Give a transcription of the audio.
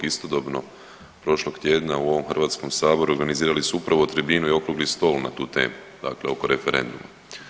Istodobno prošlog tjedna u ovom saboru organizirali su upravo tribinu i okrugli stol na tu temu, dakle oko referenduma.